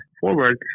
forward